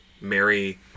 marry